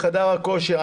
בחדר הכושר,